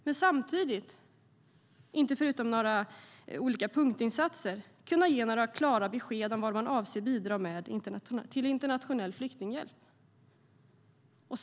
Men regeringen vill samtidigt inte ge klara besked om vad man avser att bidra med till internationell flyktinghjälp, förutom några olika punktinsatser.